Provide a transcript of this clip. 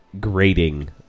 grating